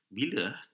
Bila